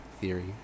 theory